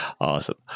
awesome